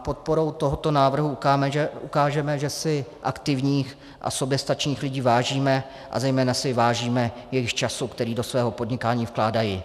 Podporou tohoto návrhu ukážeme, že si aktivních a soběstačných lidí vážíme a zejména si vážíme jejich času, který do svého podnikání vkládají.